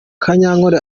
kanyankole